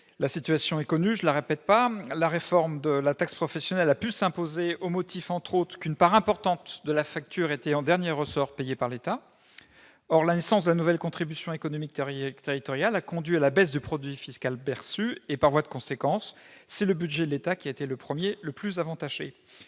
La situation est connue : la réforme de la taxe professionnelle a pu s'imposer au motif, entre autres, qu'une part importante de la facture était, en dernier ressort, payée par l'État. Or la naissance de la nouvelle contribution économique territoriale a conduit à la baisse du produit fiscal perçu et, par voie de conséquence, c'est le budget de l'État qui a été le plus avantagé.